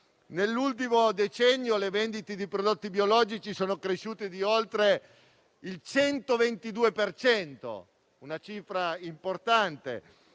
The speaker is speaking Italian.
Nell'ultimo decennio le vendite di prodotti biologici sono cresciute di oltre il 122 per cento, una cifra importante;